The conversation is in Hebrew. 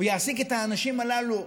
או יעסיק את האנשים הללו,